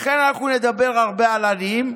לכן אנחנו נדבר הרבה על עניים,